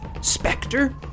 specter